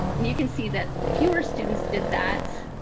and you can see that fewer students did that